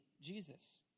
Jesus